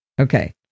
Okay